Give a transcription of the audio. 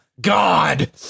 God